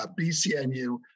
BCNU